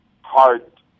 heart